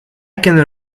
can